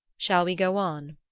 shall we go on?